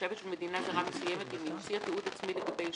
כתושבת של מדינה זרה מסוימת אם היא המציאה תיעוד עצמי לגבי ישות,